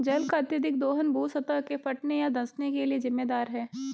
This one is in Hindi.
जल का अत्यधिक दोहन भू सतह के फटने या धँसने के लिये जिम्मेदार है